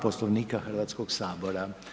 Poslovnika Hrvatskog sabora.